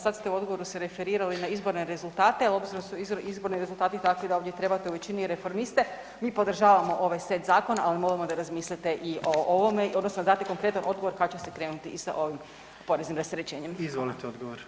Sad ste u odgovoru se referirali na izborne rezultate, ali obzirom da su izborni rezultati takvi da ovdje trebate u većini, reformiste, mi podržavamo ovaj set zakona, ali molimo da razmislite i o ovome, odnosno date konkretan odgovor kad će se krenuti i sa ovim poreznim rasterećenjem.